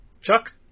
Chuck